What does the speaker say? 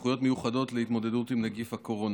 לסמכויות מיוחדות להתמודדות עם נגיף הקורונה.